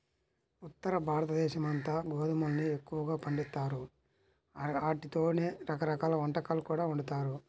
ఉత్తరభారతదేశమంతా గోధుమల్ని ఎక్కువగా పండిత్తారు, ఆటితోనే రకరకాల వంటకాలు కూడా వండుతారు